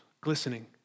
glistening